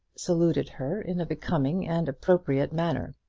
saluted her in a becoming and appropriate manner.